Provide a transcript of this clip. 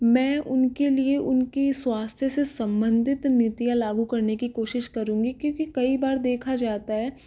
मैं उनके लिए उनके स्वास्थ्य से संबंधित नीतियाँ लागू करने की कोशिश करूंगी क्योंकि कई बार देखा जाता है